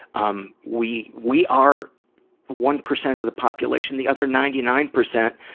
um we we are one percent of the population. the other ninety nine percent